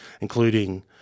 including